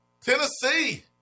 Tennessee